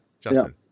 Justin